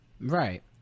Right